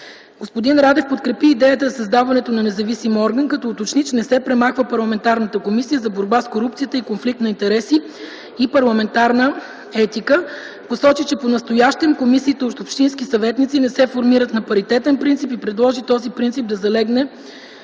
Господин Радев подкрепи идеята за създаването на независим орган, като уточни, че не се премахва парламентарната Комисия за борба с корупцията, конфликт на интереси и парламентарна етика. Посочи, че понастоящем комисиите от общински съветници не се формират на паритетен принцип и предложи този принцип да залегне